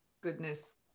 goodness